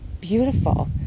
beautiful